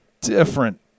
different